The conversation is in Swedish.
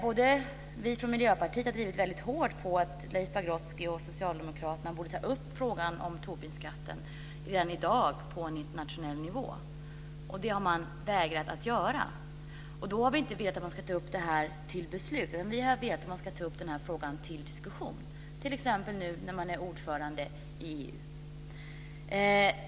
Vi från Miljöpartiet har drivit på väldigt hårt för att Leif Pagrotsky och Socialdemokraterna borde ta upp frågan om Tobinskatten redan i dag på en internationell nivå. Det har man vägrat att göra. Vi har inte velat att man ska ta upp den här frågan till beslut. Vi har velat att man ska ta upp frågan till diskussion, t.ex. nu när man är ordförande i EU.